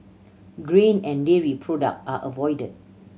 grain and dairy product are avoided